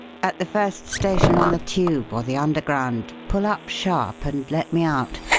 at the first station on the tube or the underground, pull up sharp and let me out.